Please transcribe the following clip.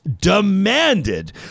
demanded